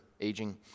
aging